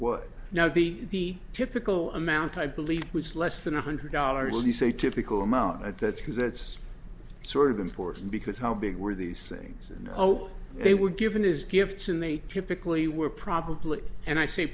what now the typical amount i believe was less than one hundred dollars as you say typical amount that's because it's sort of important because how big were these things and oh they were given his gifts and they typically were probably and i say